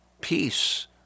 peace